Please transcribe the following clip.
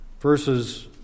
verses